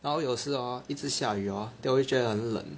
然后有时 hor 一直下雨 hor then 我又觉得很冷